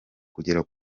kugera